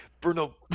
Bruno